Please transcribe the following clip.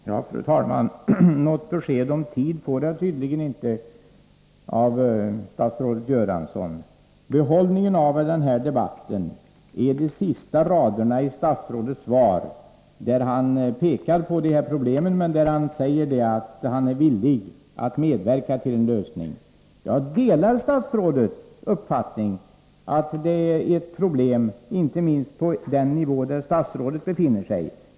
Fru talman! Något besked om tid får jag tydligen inte av statsrådet Göransson. Behållningen av debatten är de sista raderna i statsrådets svar, där han pekar på de här problemen och säger att han är villig att medverka till en lösning. Jag delar statsrådets uppfattning att det är problem, inte minst på den nivå där statsrådet befinner sig.